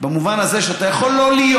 במובן הזה שאתה יכול לא להיות